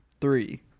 three